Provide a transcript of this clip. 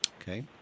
Okay